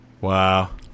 Wow